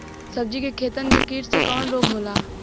सब्जी के खेतन में कीट से कवन रोग होला?